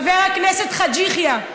חבר הכנסת חאג' יחיא.